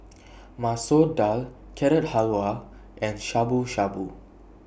Masoor Dal Carrot Halwa and Shabu Shabu